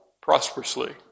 prosperously